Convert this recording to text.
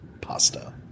pasta